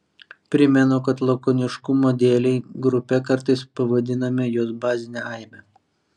primenu kad lakoniškumo dėlei grupe kartais pavadiname jos bazinę aibę